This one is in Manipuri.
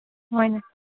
ꯍꯣꯏꯅꯦ